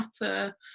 matter